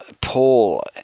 Paul